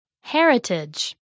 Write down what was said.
Heritage